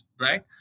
right